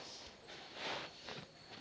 Debit ಮತ್ತ credit ಕಾರ್ಡದ್ ಏನ್ ಮಹತ್ವ ಅದ?